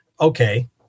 okay